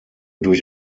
durch